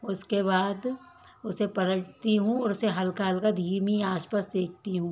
उसके बाद उसे पलटती हूँ और उसे हल्का हल्का धीमी आँच पर सेकती हूँ